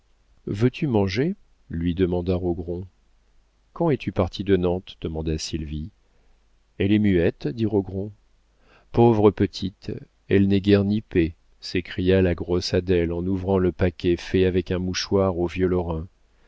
veux-tu manger lui demanda rogron quand es-tu partie de nantes demanda sylvie elle est muette dit rogron pauvre petite elle n'est guère nippée s'écria la grosse adèle en ouvrant le paquet fait avec un mouchoir au vieux lorrain